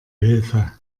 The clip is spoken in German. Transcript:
hilfe